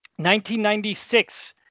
1996